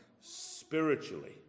spiritually